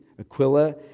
Aquila